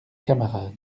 camarade